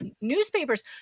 newspapers